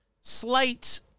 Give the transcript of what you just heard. slight